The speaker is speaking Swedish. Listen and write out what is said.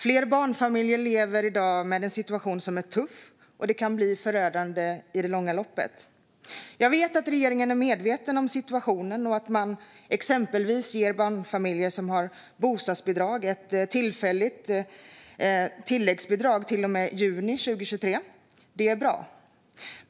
Flera barnfamiljer lever i dag med en situation som är tuff, och det kan bli förödande i det långa loppet. Jag vet att regeringen är medveten om situationen och att man exempelvis ger barnfamiljer som har bostadsbidrag ett tillfälligt tilläggsbidrag till och med juni 2023. Det är bra.